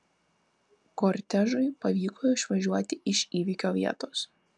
kortežui pavyko išvažiuoti iš įvykio vietos